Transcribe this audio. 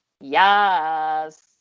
Yes